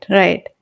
right